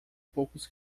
poucos